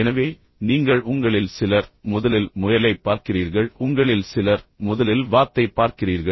எனவே நீங்கள் உங்களில் சிலர் முதலில் முயலை பார்க்கிறீர்கள் உங்களில் சிலர் முதலில் வாத்தைப் பார்க்கிறீர்கள்